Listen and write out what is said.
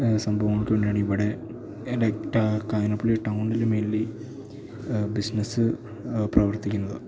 സംഭവങ്ങൾക്ക് വേണ്ടിയാണ് ഇവിടെ കാഞ്ഞിരപ്പള്ളി ടൗണില് മെയിന്ലി ബിസിനസ്സ് പ്രവർത്തിക്കുന്നത്